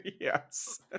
yes